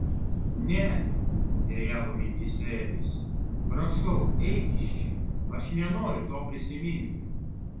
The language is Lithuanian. ne dejavo mintyse edis prašau eik iš čia aš nenoriu to prisiminti